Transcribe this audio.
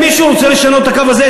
אם מישהו רוצה לשנות את הקו הזה,